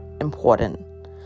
important